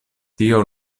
tio